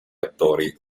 attori